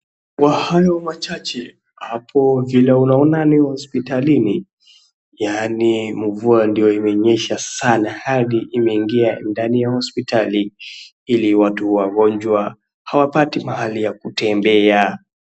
Kwa hayo machache, hapo vile unaona ni hospitalini yaani mvua ndio imenyesha sana hadi imeingia ndani ya hospitali ili watu wagonjwa hawapati mahali ya kutembea.